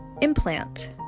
implant